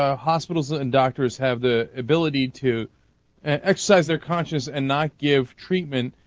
ah hospitals ah and doctors have the ability to excise unconscious and not give treatment